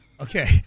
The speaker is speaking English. Okay